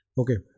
okay